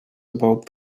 about